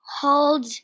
hold